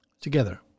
Together